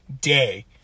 day